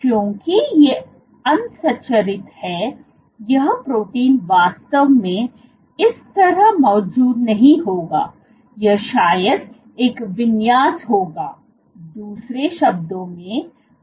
क्योंकि यह असंरचित है यह प्रोटीन वास्तव में इस तरह मौजूद नहीं होगा यह शायद एक विन्यास होगा दूसरे शब्दों में